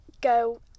go